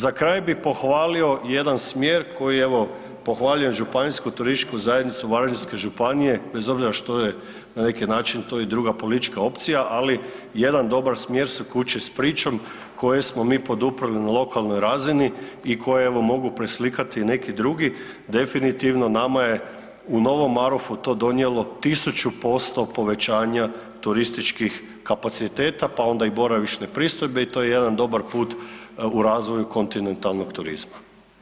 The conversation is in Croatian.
Za kraj bi pohvalio jedan smjer koji, evo pohvaljujem Županijsku turističku zajednicu Varaždinske županije bez obzira što je na neki način to i druga politička opcija, ali jedan dobar smjer su kuće s pričom koje smo mi poduprli na lokalnoj razini i koje evo mogu preslikati i neki drugi, definitivno nama je u Novom Marofu to donijelo tisuću posto povećanja turističkih kapaciteta, pa onda i boravišne pristojbe i to je jedan dobar put u razvoju kontinentalnog turizma.